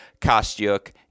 Kostyuk